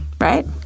right